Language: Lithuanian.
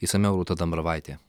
išsamiau rūta dambravaitė